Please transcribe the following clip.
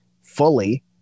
fully